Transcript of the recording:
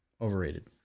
overrated